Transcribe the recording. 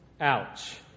Ouch